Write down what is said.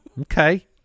Okay